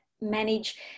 manage